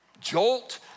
jolt